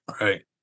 Right